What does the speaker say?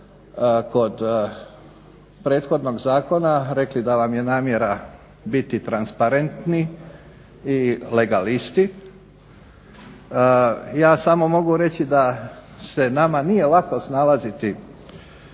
kod prethodnog zakona rekli da vam je namjera biti transparentni i legalisti. Ja samo mogu reći da se nama nije lako snalaziti